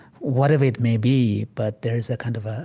whatever it may be. but there is a kind of ah